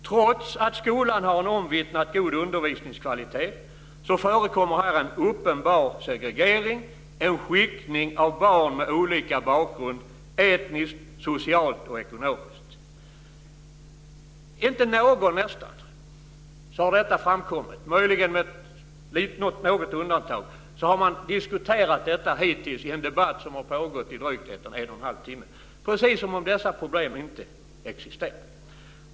Trots att skolan har en omvittnat god undervisningskvalitet förekommer här en uppenbar segregering, en skiktning av barn med olika bakgrund, etniskt, socialt och ekonomiskt. Inte någon - möjligen med något undantag - har hittills diskuterat detta i en debatt som har pågått i drygt en och en halv timma - precis som om dessa problem inte existerar.